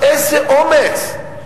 איזה אומץ.